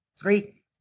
three